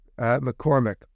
McCormick